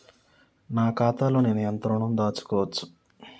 నా ఖాతాలో నేను ఎంత ఋణం దాచుకోవచ్చు?